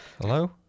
Hello